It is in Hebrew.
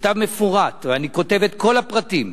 ובו כתבתי את כל הפרטים: